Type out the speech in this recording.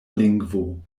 lingvo